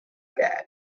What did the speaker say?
gad